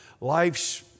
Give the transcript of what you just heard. life's